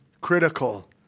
Critical